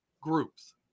groups